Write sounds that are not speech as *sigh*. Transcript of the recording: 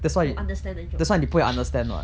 to understand the joke *breath*